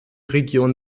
region